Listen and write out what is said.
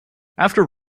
after